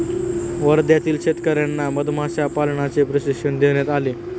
वर्ध्यातील शेतकर्यांना मधमाशा पालनाचे प्रशिक्षण देण्यात आले